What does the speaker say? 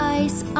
ice